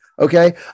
Okay